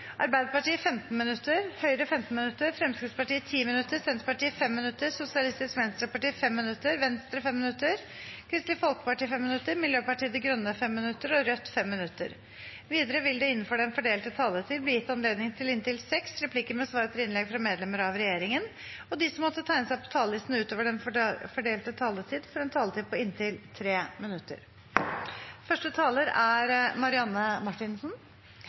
Arbeiderpartiet 15 minutter, Høyre 15 minutter, Fremskrittspartiet 10 minutter, Senterpartiet 5 minutter, Sosialistisk Venstreparti 5 minutter, Venstre 5 minutter, Kristelig Folkeparti 5 minutter, Miljøpartiet De Grønne 5 minutter og Rødt 5 minutter. Videre vil det – innenfor den fordelte taletid – bli gitt anledning til inntil seks replikker med svar etter innlegg fra medlemmer av regjeringen, og de som måtte tegne seg på talerlisten utover den fordelte taletid, får en taletid på inntil 3 minutter.